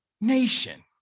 nation